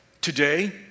Today